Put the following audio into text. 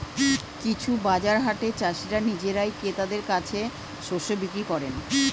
কিছু বাজার হাটে চাষীরা নিজেরাই ক্রেতাদের কাছে শস্য বিক্রি করেন